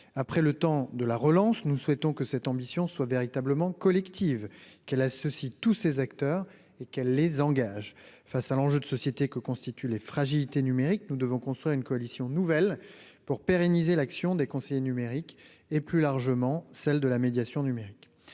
après le temps de la relance, nous souhaitons que cette ambition soit véritablement collective qu'elle a ceci, tous ces acteurs et qu'elle les engage face à l'enjeu de société que constitue les fragilités numérique, nous devons construire une coalition nouvelle pour pérenniser l'action des conseillers numériques et plus largement celle de la médiation numérique